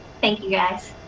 thank you, guys.